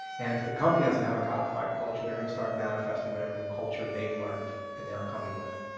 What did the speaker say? and if the company doesn't have a codified culture, they're going to start manifesting whatever the culture they've learned and they're coming with.